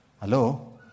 Hello